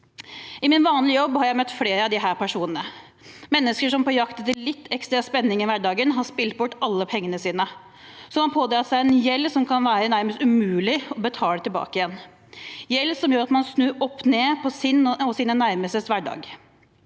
I min vanlige jobb har jeg møtt flere av disse personene – mennesker som på jakt etter litt ekstra spenning i hverdagen har spilt bort alle pengene sine, som har pådratt seg gjeld som kan være nærmest umulig å betale tilbake igjen, gjeld som gjør at man snur opp ned på sin og sine nærmestes hverdag.